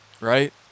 Right